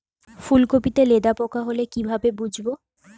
ফুলকপিতে লেদা পোকা হলে কি ভাবে বুঝবো?